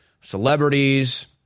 celebrities